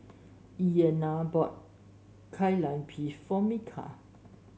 Ayana bought Kai Lan Beef for Micah